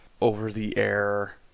over-the-air